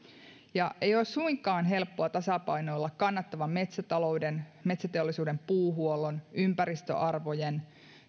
ei ole suinkaan helppoa tasapainoilla kannattavan metsätalouden metsäteollisuuden puuhuollon ympäristöarvojen